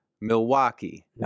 Milwaukee